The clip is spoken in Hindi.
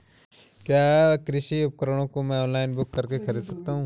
क्या कृषि उपकरणों को मैं ऑनलाइन बुक करके खरीद सकता हूँ?